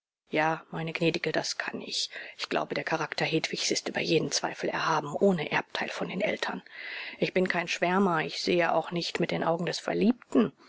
ja meine gnädige das kann ich ich glaube der charakter hedwigs ist über jeden zweifel erhaben ohne erbteil von den eltern ich bin kein schwärmer ich sehe auch nicht mit den augen des verliebten